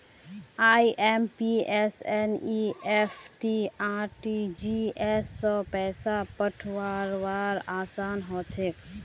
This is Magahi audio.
आइ.एम.पी.एस एन.ई.एफ.टी आर.टी.जी.एस स पैसा पठऔव्वार असान हछेक